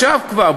עכשיו כבר,